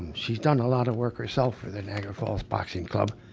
she's done a lot of work herself for the niagara falls boxing club,